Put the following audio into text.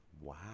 Wow